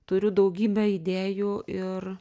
turiu daugybę idėjų ir